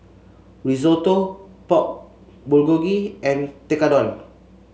Risotto Pork Bulgogi and Tekkadon